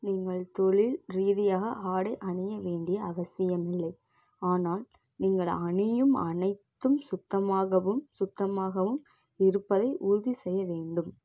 நீங்கள் தொழில் ரீதியாக ஆடை அணிய வேண்டிய அவசியமில்லை ஆனால் நீங்கள் அணியும் அனைத்தும் சுத்தமாகவும் சுத்தமாகவும் இருப்பதை உறுதி செய்ய வேண்டும்